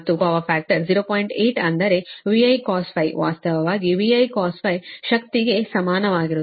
8 ಅಂದರೆ VIcos ∅ ವಾಸ್ತವವಾಗಿ VIcos ∅ ಶಕ್ತಿಗೆ ಸಮಾನವಾಗಿರುತ್ತದೆ